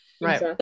right